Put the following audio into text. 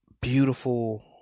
beautiful